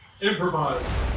Improvise